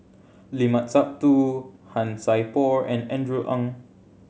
Limat Sabtu Han Sai Por and Andrew Ang